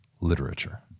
literature